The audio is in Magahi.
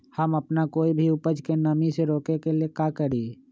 हम अपना कोई भी उपज के नमी से रोके के ले का करी?